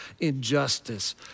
injustice